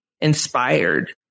inspired